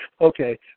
okay